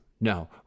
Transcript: No